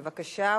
בבקשה,